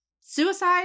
Suicide